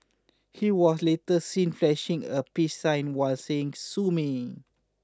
he was later seen flashing a peace sign while saying sue me